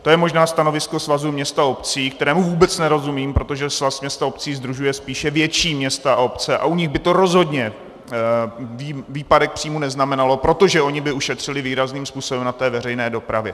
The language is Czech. To je možná stanovisko Svazu měst a obcí, kterému vůbec nerozumím, protože Svaz měst a obcí sdružuje spíše větší města a obce a u nich by to rozhodně výpadek příjmů neznamenalo, protože oni by ušetřili výrazným způsobem na veřejné dopravě.